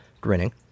grinning